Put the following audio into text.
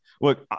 look